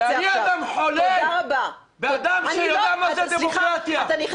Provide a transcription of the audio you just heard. אני אדם חולה ואדם שיודע מה זה דמוקרטיה.